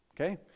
okay